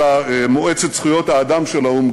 אלא מועצת זכויות האדם של האו"ם,